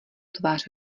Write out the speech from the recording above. tvář